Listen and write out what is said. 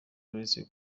uretse